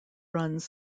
runs